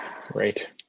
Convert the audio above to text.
Great